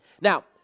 Now